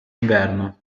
inverno